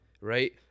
right